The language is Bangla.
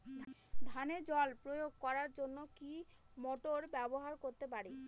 ধানে জল প্রয়োগ করার জন্য কি মোটর ব্যবহার করতে পারি?